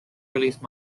released